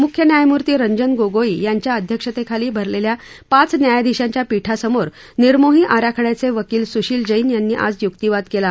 मुख्य न्यायमूर्ती रंजन गोगाई यांच्या अध्यक्षतेखाली भरलेल्या पाच न्यायधीशांच्या पीठासमोर निर्मोही आखाड्याचे वकील सुशील जैन यांनी आज युक्तिवाद केला